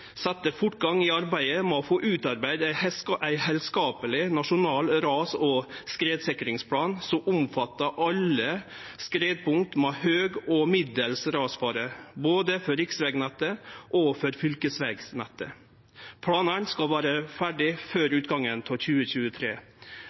fortgang i arbeidet med å få utarbeidd heilskaplege nasjonale ras- og skredsikringsplanar som omfattar alle skredpunkt med høg og middels skredfare, både for riksvegnettet og for fylkesvegnettet. Planane skal vera ferdige før